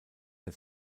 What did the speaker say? der